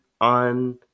on